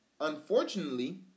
unfortunately